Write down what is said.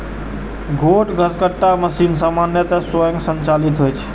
छोट घसकट्टा मशीन सामान्यतः स्वयं संचालित होइ छै